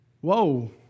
Whoa